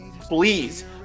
please